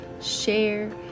Share